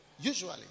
usually